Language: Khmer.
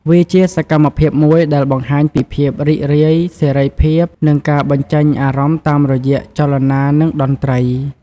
វាជាសកម្មភាពមួយដែលបង្ហាញពីភាពរីករាយ សេរីភាព និងការបញ្ជេញអារម្មណ៍តាមរយៈចលនា និងតន្ត្រី។